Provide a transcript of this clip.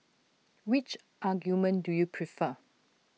which argument do you prefer